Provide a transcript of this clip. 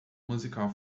musical